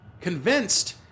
Convinced